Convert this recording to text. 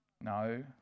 no